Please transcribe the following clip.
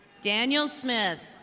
daniel smith.